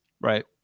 Right